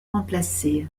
remplacée